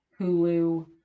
Hulu